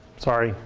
sorry.